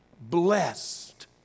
blessed